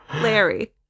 Larry